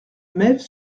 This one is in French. mesves